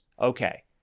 Okay